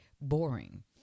boring